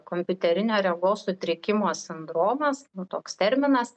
kompiuterinio regos sutrikimo sindromas nu toks terminas